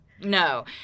no